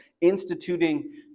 instituting